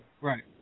right